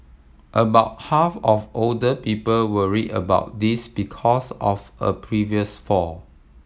about half of older people worry about this because of a previous fall